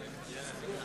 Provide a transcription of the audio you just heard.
רבותי,